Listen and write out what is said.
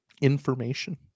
information